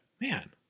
man